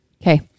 Okay